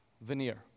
veneer